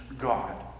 God